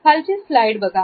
खालची स्लाईड बघा